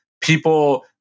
people